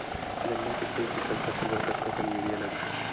गन्ना के एक एकड़ फसल बर कतका कन यूरिया लगही?